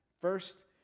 First